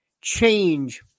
Change